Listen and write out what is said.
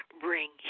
Bring